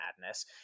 madness